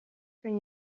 kan